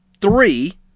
three